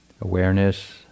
Awareness